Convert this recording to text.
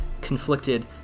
conflicted